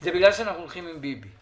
זה בגלל שאנחנו הולכים עם ביבי.